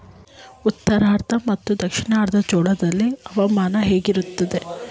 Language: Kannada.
ಉತ್ತರಾರ್ಧ ಮತ್ತು ದಕ್ಷಿಣಾರ್ಧ ಗೋಳದಲ್ಲಿ ಹವಾಮಾನ ಹೇಗಿರುತ್ತದೆ?